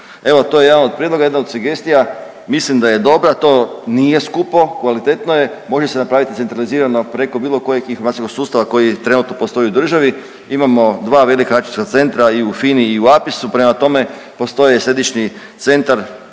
Evo to je jedan od prijedloga, jedna od sugestija, mislim da je dobra, to nije skupo, kvalitetno je, može se napraviti centralizirano preko bilo kojeg informacijskog sustava koji trenutno postoji u državi. Imamo dva velika …/Govornik se ne razumije/… centra i u FINA-i i u APIS-u, prema tome postoji središnji centar,